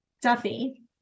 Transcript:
Duffy